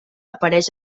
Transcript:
apareix